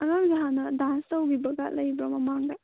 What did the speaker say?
ꯑꯉꯥꯡꯁꯦ ꯍꯥꯟꯅ ꯗꯥꯟꯁ ꯇꯧꯈꯤꯕꯒ ꯂꯩꯕ꯭ꯔꯣ ꯃꯃꯥꯡꯗ